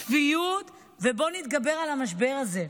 שפיות, ו"בוא נתגבר על המשבר הזה".